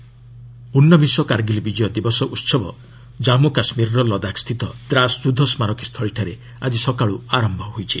ବିଜୟ ଦିବସ ଉନବିଂଶ କାର୍ଗିଲ୍ ବିଜୟ ଦିବସ ଉହବ ଜାନ୍ଗୁ କାଶ୍ମୀରର ଲଦାଖସ୍ଥିତ ଦ୍ରାସ୍ ଯୁଦ୍ଧ ସ୍କାରକୀ ସ୍ଥଳୀଠାରେ ଆଜି ସକାଳୁ ଆରମ୍ଭ ହୋଇଛି